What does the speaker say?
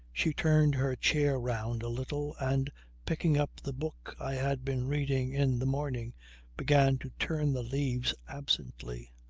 she turned her chair round a little and picking up the book i had been reading in the morning began to turn the leaves absently.